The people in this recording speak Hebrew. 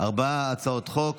ארבע הצעות חוק,